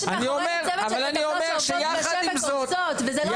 יש מאחורינו צוות של מטפלות שעובדות --- אני יודע,